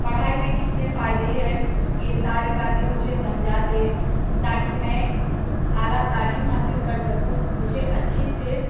پڑھائی میں کتنے فائدے ہے یہ ساری باتیں مجھے سمجھاتے تا کہ میں اعلیٰ تعلیم حاصل کر سکوں مجھے اچّھے سے